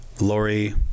Lori